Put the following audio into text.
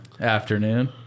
afternoon